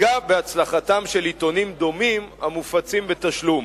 תפגע בהצלחתם של עיתונים דומים המופצים בתשלום,